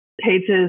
pages